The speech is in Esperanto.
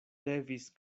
levis